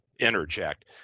interject